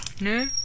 No